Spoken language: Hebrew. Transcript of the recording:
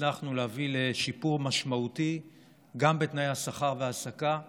הצלחנו להביא לשיפור משמעותי גם בתנאי השכר וההעסקה וגם,